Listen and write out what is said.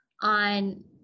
on